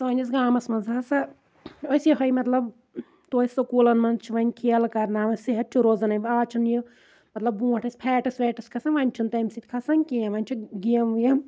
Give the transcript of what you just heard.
سٲنِس گامَس منز ہسا ٲسۍ یِہٕے مطلب توتہِ سکوٗلن منٛز وۄنۍ کھیلہٕ کَراناوان صحت چھُ روزان آز چھُنہٕ یہِ مطلب برونٹھ ٲسۍ فیٹٕس ویٹٕس کھژھان آز چھُنہٕ تمہِ سۭتۍ کھسان کینٛہہ وۄنۍ چھُ گیمہٕ ویمہٕ